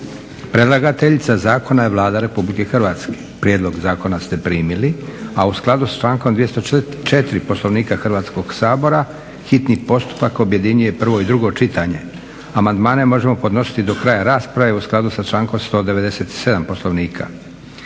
Predlagateljica zakona je Vlada RH. Prijedlog Zakona ste primili a u skladu s člankom 204. Poslovnika Hrvatskog sabora hitni postupak objedinjuje prvo i drugo čitanje. Amandmane možemo podnositi do kraja rasprave u skladu sa člankom 197. Poslovnika.